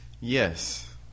Yes